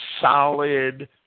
solid